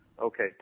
Okay